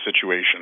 situation